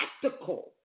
practical